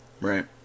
Right